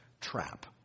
trap